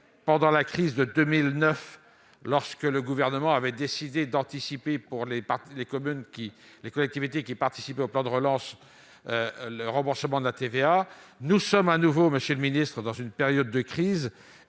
pendant la crise de 2009, lorsque le Gouvernement avait décidé d'anticiper, pour les collectivités qui participaient au plan de relance, le remboursement de la TVA. Nous sommes de nouveau, monsieur le ministre, dans une période de crise.